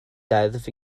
deddf